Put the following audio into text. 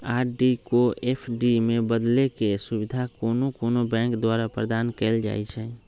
RD को FD में बदलेके सुविधा कोनो कोनो बैंके द्वारा प्रदान कएल जाइ छइ